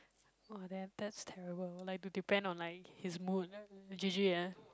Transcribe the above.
oh then that's terrible like to depend on like his mood G_G ah